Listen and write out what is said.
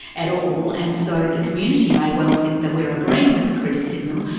at all, and so the community may well think that we're agreeing with the criticism,